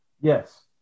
Yes